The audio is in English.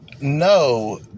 no